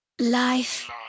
life